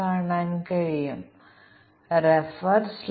നമുക്ക് ജോഡി തിരിച്ചുള്ള ടെസ്റ്റിംഗ് തന്ത്രം നോക്കാം